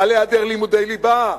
על היעדר לימודי ליבה,